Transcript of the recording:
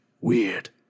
weird